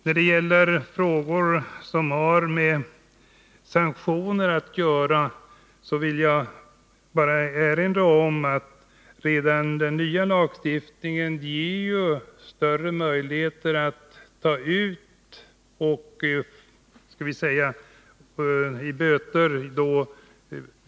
När det gäller frågor som har med sanktioner att göra vill jag bara erinra om att redan den nya lagstiftningen ger större möjligheter att beivra de åtgärder det gäller.